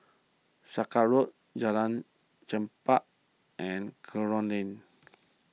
Sakra Road Jalan Chempah and Kerong Lane